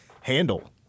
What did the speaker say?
handle